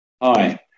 Hi